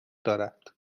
دارد